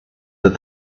that